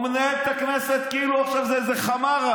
הוא מנהל את הכנסת כאילו עכשיו זה איזה חמארה.